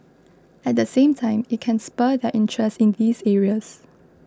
at the same time it can spur their interest in these areas